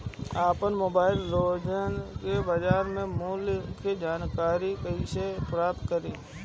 आपन मोबाइल रोजना के बाजार मुल्य के जानकारी कइसे प्राप्त करी?